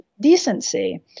decency